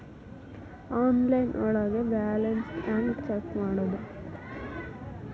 Online ಒಳಗೆ balance ಹ್ಯಾಂಗ check ಮಾಡೋದು?